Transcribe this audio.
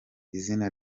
izina